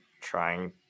trying